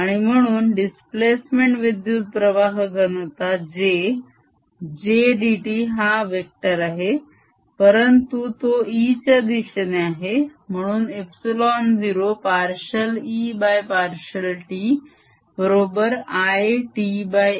आणि म्हणून दिस्प्लेसमेंट विद्युत प्रवाह घनता j j dt हा वेक्टर आहे परंतु तो E च्या दिशेने आहे म्हणून ε0 पार्शिअल E पार्शिअल t बरोबर Ita